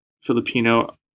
Filipino